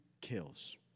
kills